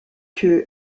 que